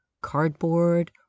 cardboard